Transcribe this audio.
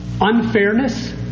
Unfairness